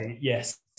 Yes